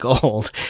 gold